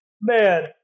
Man